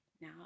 now